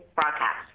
broadcast